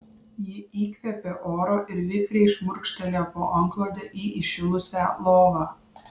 ji įkvėpė oro ir vikriai šmurkštelėjo po antklode į įšilusią lovą